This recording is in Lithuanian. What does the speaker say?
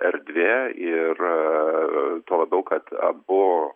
erdvė ir tuo labiau kad abu